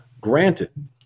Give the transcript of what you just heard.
granted